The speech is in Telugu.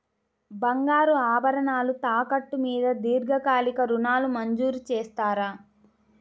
బంగారు ఆభరణాలు తాకట్టు మీద దీర్ఘకాలిక ఋణాలు మంజూరు చేస్తారా?